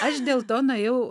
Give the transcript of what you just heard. aš dėl to nuėjau